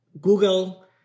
Google